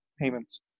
payments